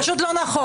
פשוט לא נכון.